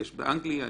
יש באנגליה,